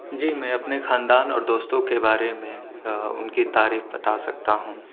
جی میں اپنے خاندان اور دوستوں کے بارے میں ان کی تاریخ بتا سکتا ہوں